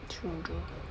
true though